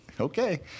Okay